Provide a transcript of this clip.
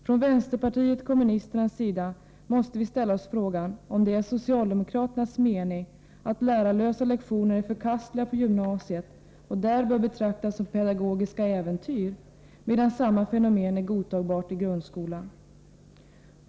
Från vänsterpartiet kommunisternas sida måste vi ställa oss frågan om det är socialdemokraternas mening att lärarlösa lektioner är förkastliga på gymnasiet och där bör betraktas som pedagogiska äventyr, medan samma fenomen är godtagbart i grundskolan.